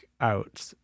out